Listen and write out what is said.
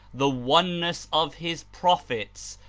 the oneness of his prophets,